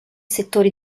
settori